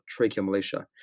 tracheomalacia